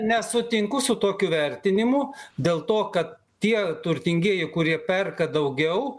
nesutinku su tokiu vertinimu dėl to kad tie turtingieji kurie perka daugiau